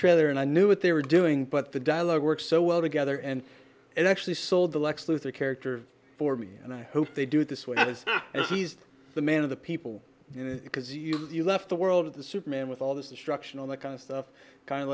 trailer and i knew what they were doing but the dialogue works so well together and it actually sold the lex luthor character for me and i hope they do this was this is the man of the people you know because you left the world of the superman with all this destruction all that kind of stuff kind of